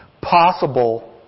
possible